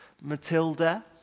Matilda